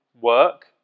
work